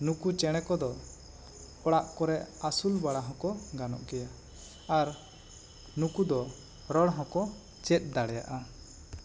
ᱱᱩᱠᱩ ᱪᱮᱬᱮ ᱠᱚ ᱫᱚ ᱚᱲᱟᱜ ᱠᱚᱨᱮ ᱟᱹᱥᱩᱞ ᱵᱟᱲᱟ ᱦᱚᱠᱚᱸ ᱜᱟᱱᱚᱜ ᱜᱮᱭᱟ ᱟᱨ ᱱᱩᱠᱩ ᱫᱚ ᱨᱚᱲ ᱦᱚᱸᱠᱚ ᱪᱮᱫ ᱫᱟᱲᱮᱭᱟᱜᱼᱟ